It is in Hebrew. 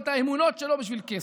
ואת האמונות שלו בשביל כסף.